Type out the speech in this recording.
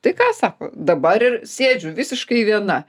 tai ką sako dabar ir sėdžiu visiškai viena